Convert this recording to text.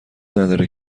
نداره